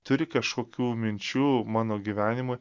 turi kažkokių minčių mano gyvenimui